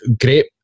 great